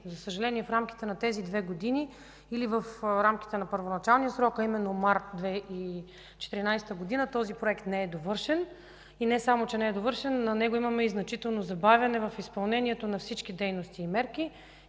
За съжаление, в рамките на тези две години или в рамките на първоначалния срок, а именно март 2014 г. този проект не е довършен. Не само, че не е довършен, но при него имаме и значително забавяне в изпълнението на всички дейности и мерки.